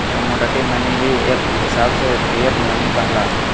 commodity money ही एक हिसाब से फिएट मनी कहला हय